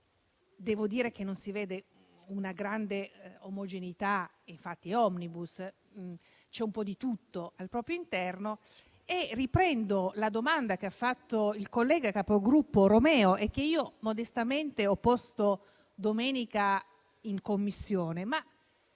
Devo dire che non si vede una grande omogeneità: infatti è *omnibus* perché c'è un po' di tutto al suo interno. Riprendo la domanda che ha fatto il collega capogruppo Romeo e che io, modestamente, ho posto domenica in Commissione: